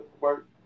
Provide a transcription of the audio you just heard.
work